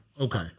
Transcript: Okay